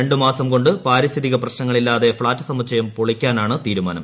രണ്ടു മാസം കൊണ്ട് പാരിസ്ഥിതിക പ്രശ്നങ്ങളില്ലാതെ ഫ്ളാറ്റ് സമുച്ചയം പൊളിക്കാനാണ് തീരുമാനം